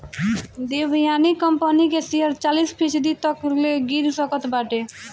Devyani company के share चालीस फीसदी तकले गिर सकत बाटे